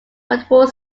multiple